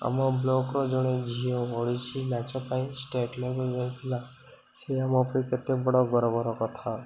ଆମ ବ୍ଲକର ଜଣେ ଝିଅ ଓଡ଼ିଶୀ ନାଚ ପାଇଁ ଷ୍ଟେଟ୍ ଲେବୁଲ୍ ଯାଇଥିଲା ସେ ଆମ ପାଇଁ କେତେ ବଡ଼ ଗର୍ବର କଥା